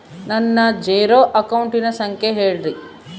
ನನ್ನ ಜೇರೊ ಅಕೌಂಟಿನ ಸಂಖ್ಯೆ ಹೇಳ್ರಿ?